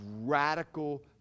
radical